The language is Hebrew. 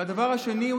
הדבר השני,